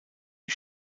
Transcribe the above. die